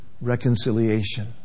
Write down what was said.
reconciliation